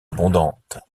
abondante